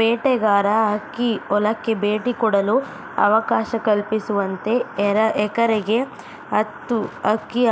ಬೇಟೆಗಾರ ಹಕ್ಕಿ ಹೊಲಕ್ಕೆ ಭೇಟಿ ಕೊಡಲು ಅವಕಾಶ ಕಲ್ಪಿಸುವಂತೆ ಎಕರೆಗೆ ಹತ್ತು ಹಕ್ಕಿ